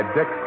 Dick